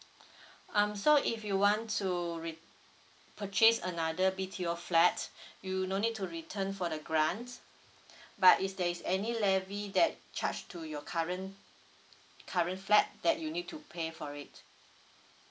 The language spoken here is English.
um so if you want to re~ purchase another B_T_O flat you no need to return for the grant but is there is any levy that charge to your current current flat that you need to pay for it